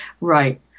Right